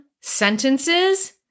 sentences